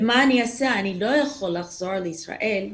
ומה אני אעשה, אני לא יכול לחזור לישראל.